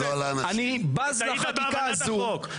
אני בז לחקיקה הזו.